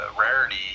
rarity